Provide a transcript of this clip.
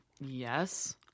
Yes